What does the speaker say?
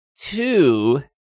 Two